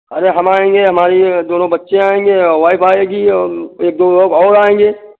अरे हम आएंगे हमारी दोनो बच्चे आएंगे वाइफ आएगी एक दो लोग और आएंगे